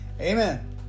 Amen